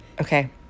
Okay